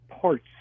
parts